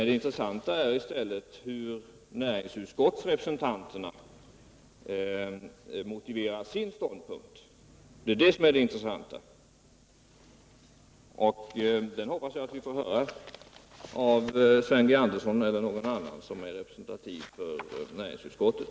Det intressanta är i stället hur näringsutskottsrepresentanterna motiverar sin ståndpunkt. Den motiveringen hoppas jag att vi får av Sven G. Andersson eller någon annan som är representativ för näringsutskottet.